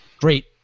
great